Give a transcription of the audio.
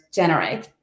generate